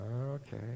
Okay